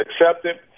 accepted